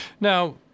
now